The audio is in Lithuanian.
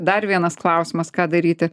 dar vienas klausimas ką daryti